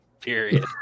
period